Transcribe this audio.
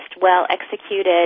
well-executed